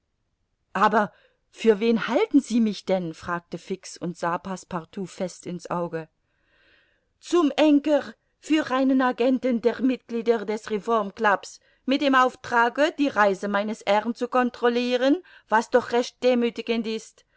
aber für wen halten sie mich denn fragte fix und sah passepartout fest in's auge zum henker für einen agenten der mitglieder des reformclubs mit dem auftrage die reise meines herrn zu controliren was doch recht demüthigend ist